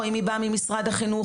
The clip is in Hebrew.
או אם היא באה ממשרד החינוך,